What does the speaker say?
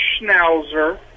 schnauzer